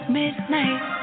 midnight